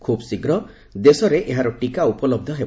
ଖୁବ୍ ଶୀଘ୍ର ଦେଶରେ ଏହାର ଟିକା ଉପଲବ୍ଧ ହେବ